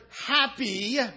happy